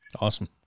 Awesome